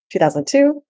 2002